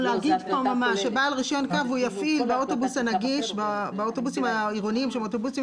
או להגיד פה ממש שבעל רישיון קו יפעיל באוטובוסים העירוניים שהם אוטובוסים